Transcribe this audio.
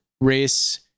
race